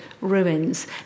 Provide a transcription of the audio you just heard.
ruins